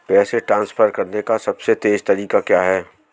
पैसे ट्रांसफर करने का सबसे तेज़ तरीका क्या है?